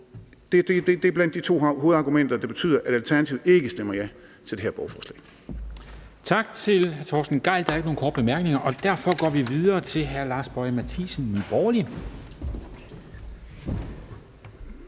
det er to af hovedargumenterne, der betyder, at Alternativet ikke stemmer ja til det her borgerforslag.